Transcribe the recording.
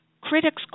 critics